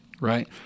right